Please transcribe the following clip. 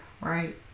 right